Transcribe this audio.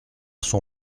son